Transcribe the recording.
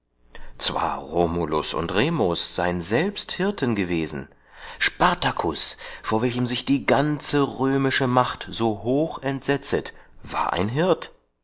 zwar romulus und remus sein selbst hirten gewesen spartacus vor welchem sich die ganze römische macht so hoch entsetzet war ein hirt